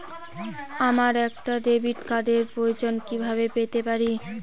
আমার একটা ডেবিট কার্ডের প্রয়োজন কিভাবে পেতে পারি?